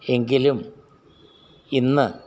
എങ്കിലും ഇന്ന്